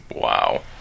Wow